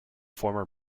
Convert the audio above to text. former